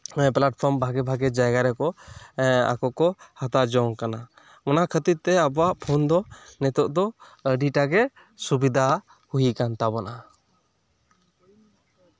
platform ᱵᱷᱟᱜᱮ ᱵᱷᱟᱜᱮ ᱡᱟᱭᱜᱟ ᱨᱮᱠᱚ ᱮᱸ ᱟᱠᱚ ᱠᱚ ᱦᱟᱛᱟᱣ ᱡᱚᱝ ᱠᱟᱱᱟ ᱚᱱᱟ ᱠᱷᱟᱹᱛᱤᱨ ᱛᱮ ᱟᱵᱚᱣᱟᱜ ᱯᱷᱳᱱ ᱫᱚ ᱱᱤᱛᱚᱜ ᱫᱚ ᱟᱹᱰᱤᱴᱟ ᱜᱮ ᱥᱩᱵᱤᱫᱷᱟ ᱦᱩᱭ ᱠᱟᱱ ᱛᱟᱵᱚᱱᱟ